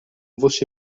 voce